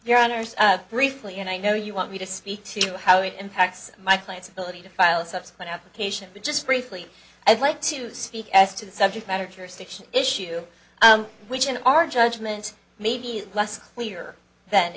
your honour's briefly and i know you want me to speak to how it impacts my client's ability to file a subsequent application but just briefly i'd like to speak as to the subject matter jurisdiction issue which in our judgment may be less clear than